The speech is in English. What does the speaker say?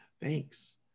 Thanks